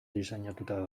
diseinatuta